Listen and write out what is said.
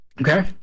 Okay